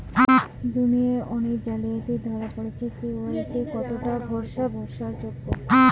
দুনিয়ায় অনেক জালিয়াতি ধরা পরেছে কে.ওয়াই.সি কতোটা ভরসা যোগ্য?